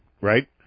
Right